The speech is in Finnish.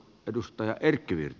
arvoisa puhemies